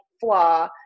flaw